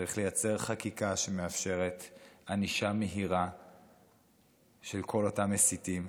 צריך לייצר חקיקה שמאפשרת ענישה מהירה של כל אותם מסיתים,